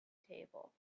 table